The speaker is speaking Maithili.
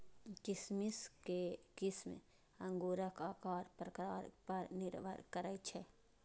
किशमिश के किस्म अंगूरक आकार प्रकार पर निर्भर करै छै